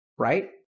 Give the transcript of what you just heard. right